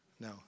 No